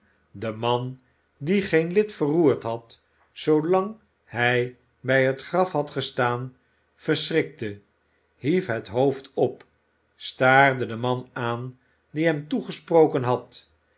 de man die geen lid verroerd had zoolang hij bij het graf had gestaan verschrikte hief het hoofd op staarde den man aan die hem toegesproken had